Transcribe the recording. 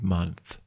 Month